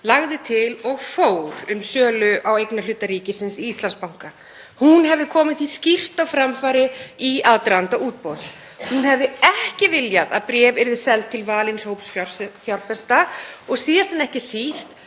lagði til og fór um sölu á eignarhlut ríkisins í Íslandsbanka. Hún hefði komið því skýrt á framfæri í aðdraganda útboðs. Hún hefði ekki viljað að bréf yrðu seld til valins hóps fjárfesta og, síðast en ekki síst,